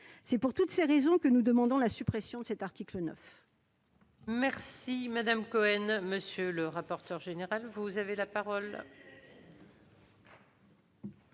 Pour toutes ces raisons, nous demandons la suppression de cet article 9.